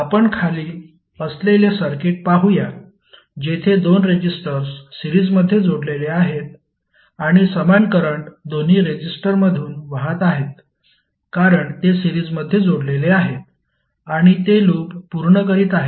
आपण खाली असलेले सर्किट पाहूया जेथे दोन रेजिस्टर्स सिरीजमध्ये जोडलेले आहेत आणि समान करंट दोन्ही रेजिस्टरमधून वाहत आहेत कारण ते सिरीजमध्ये जोडलेले आहेत आणि ते लूप पूर्ण करीत आहेत